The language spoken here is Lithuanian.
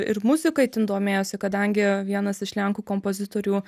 ir muzika itin domėjosi kadangi vienas iš lenkų kompozitorių